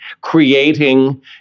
creating